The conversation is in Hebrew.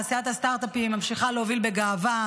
תעשיית הסטרטאפים ממשיכה להוביל בגאווה,